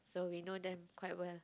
so we know them quite well